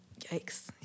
Yikes